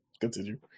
continue